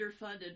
underfunded